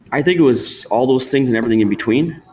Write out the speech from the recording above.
i think it was all those things and everything in between.